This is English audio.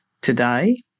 today